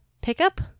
pickup